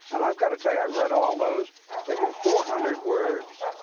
and i've got to tell you, i read all those and in four hundred words,